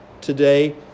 today